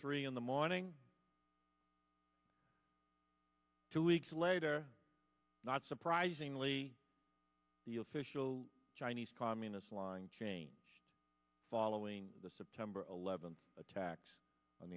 three in the morning two weeks later not surprisingly the official chinese communist line change following the september eleventh attacks on